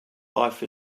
life